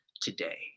today